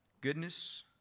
Goodness